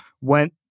went